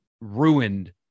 ruined